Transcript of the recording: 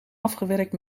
afgewerkt